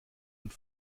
und